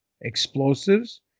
explosives